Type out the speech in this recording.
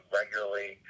regularly